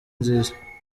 nziza